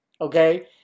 Okay